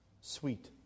sweet